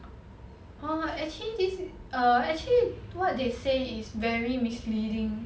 oh actually this err actually what they say is very misleading